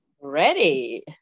Ready